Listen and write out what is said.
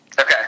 Okay